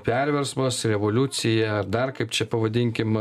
perversmas revoliucija dar kaip čia pavadinkim